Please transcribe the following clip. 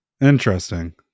Interesting